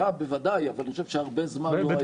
היה, בוודאי, אבל אני חושב שהרבה זמן לא היה.